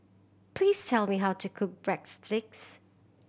please tell me how to cook break sticks